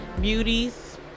Beauties